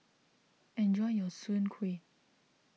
enjoy your Soon Kuih